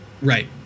Right